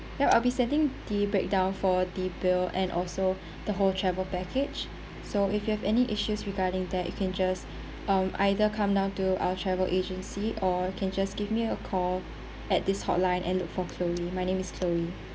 yeah I'll be sending the breakdown for the bill and also the whole travel package so if you have any issues regarding that you can just um either come down to our travel agency or can just give me a call at this hotline and look for chloe my name is chloe